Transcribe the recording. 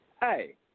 Hey